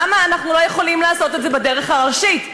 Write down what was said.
למה אנחנו לא יכולים לעשות את זה בדרך הראשית?